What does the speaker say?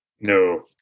No